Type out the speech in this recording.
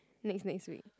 next next week